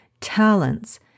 talents